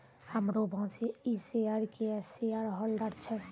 हमरो बॉसे इ शेयर के शेयरहोल्डर छै